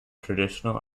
traditional